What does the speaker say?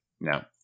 No